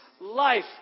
life